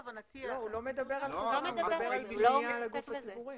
הוא מדבר על פנייה לגוף הציבורי.